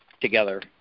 together